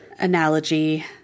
analogy